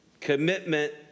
Commitment